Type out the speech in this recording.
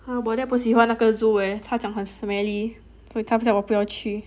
!huh! but dad 不喜欢那个 zoo 他讲很 smelly 他叫我不要去